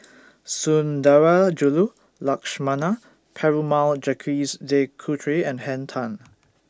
Sundarajulu Lakshmana Perumal Jacques De Coutre and Henn Tan